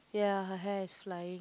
ya her hair is flying